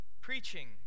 preaching